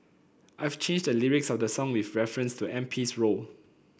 I've changed the lyrics of the song with reference to M P's role